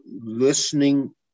listening